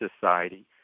Society